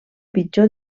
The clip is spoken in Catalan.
pitjor